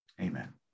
Amen